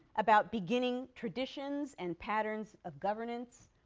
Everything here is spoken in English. about beginning traditions and patterns of governance,